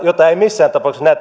jota eivät missään tapauksessa nämä